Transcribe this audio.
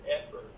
effort